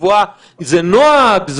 זה נוהג?